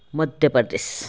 Madhya Pradesh